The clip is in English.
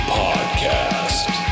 podcast